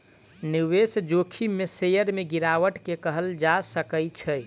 निवेश जोखिम में शेयर में गिरावट के कहल जा सकै छै